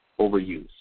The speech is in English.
overuse